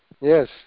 Yes